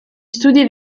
studi